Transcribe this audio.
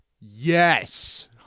Yes